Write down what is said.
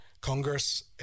Congress